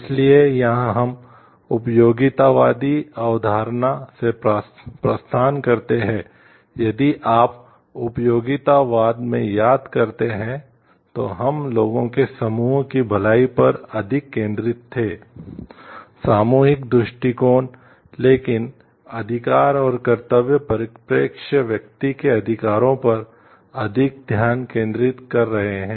इसलिए यहां हम उपयोगितावादी अवधारणा से प्रस्थान करते हैं यदि आप उपयोगितावाद में याद करते हैं तो हम लोगों के समूह की भलाई पर अधिक केंद्रित थे सामूहिक दृष्टिकोण लेकिन अधिकार और कर्तव्य परिप्रेक्ष्य व्यक्ति के अधिकारों पर अधिक ध्यान केंद्रित कर रहे हैं